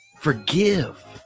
Forgive